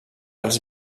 els